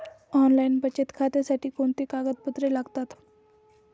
Online बचत खात्यासाठी कोणती कागदपत्रे लागतात?